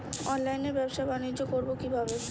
অনলাইনে ব্যবসা বানিজ্য করব কিভাবে?